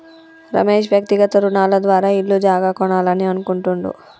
రమేష్ వ్యక్తిగత రుణాల ద్వారా ఇల్లు జాగా కొనాలని అనుకుంటుండు